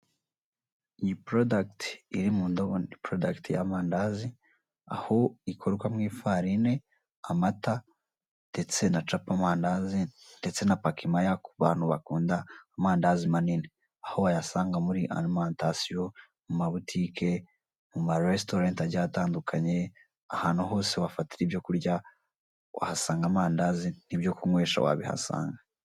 Iyi porodakiti iri mundobo ni porodagiti y'amandazi, aho ikorwa mu ifarini, amata ndetse na capamandazi ndetse pakimaya kubantu bakunda amandazi manini. Aho wayasanga mumarimantasiyo, mumabutike, mumarestorenti agiye atandukanye, ahantu hose wafatira ibyo kurya, wahasanga amandazi n'ibyo kunywesha wabihasanga.